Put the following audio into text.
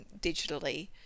digitally